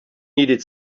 needed